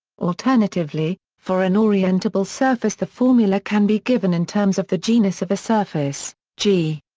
alternatively, for an orientable surface the formula can be given in terms of the genus of a surface, g.